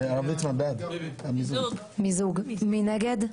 מי נגד?